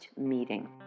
meeting